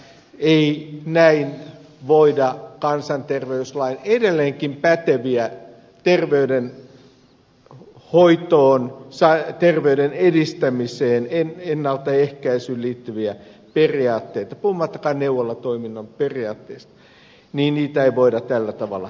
ei näin voida kansanterveyslain edelleenkin päteviä terveydenhoitoon terveyden edistämiseen ennaltaehkäisyyn liittyviä periaatteita puhumattakaan neuvolatoiminnan periaatteista tällä tavalla edistää